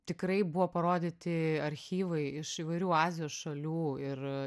tikrai buvo parodyti archyvai iš įvairių azijos šalių ir